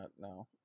no